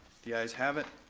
the ayes have it.